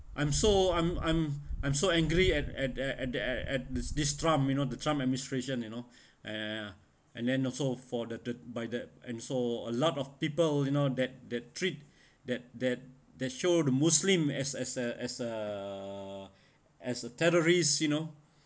I'm so I'm I'm I'm so angry at at at at the at this this trump you know the trump administration you know and and then also for the by the and so a lot of people you know that that treat that that the show the muslim as as a as a as a terrorist you know